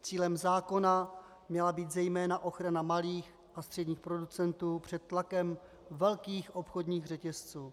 Cílem zákona měla být zejména ochrana malých a středních producentů před tlakem velkých obchodních řetězců.